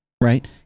right